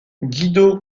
guido